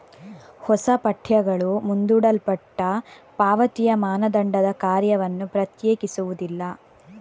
ಹೊಸ ಪಠ್ಯಗಳು ಮುಂದೂಡಲ್ಪಟ್ಟ ಪಾವತಿಯ ಮಾನದಂಡದ ಕಾರ್ಯವನ್ನು ಪ್ರತ್ಯೇಕಿಸುವುದಿಲ್ಲ